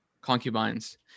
concubines